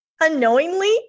Unknowingly